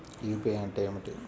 UPI అంటే ఏమిటి?